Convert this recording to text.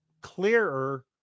clearer